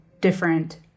different